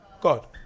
God